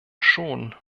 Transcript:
schon